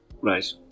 Right